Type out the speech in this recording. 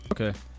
Okay